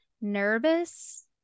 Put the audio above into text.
nervous